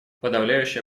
подавляющее